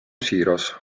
siiras